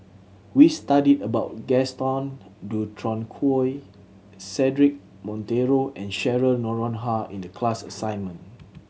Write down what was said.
we studied about Gaston Dutronquoy Cedric Monteiro and Cheryl Noronha in the class assignment